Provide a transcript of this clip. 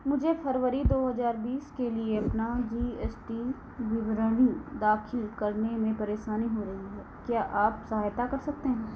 मुझे फरवरी दो हज़ार बीस के लिए अपना जी एस टी विवरण दाख़िल करने में परेशानी हो रही है क्या आप सहायता कर सकते हैं